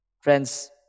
Friends